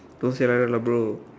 don't say like that lah bro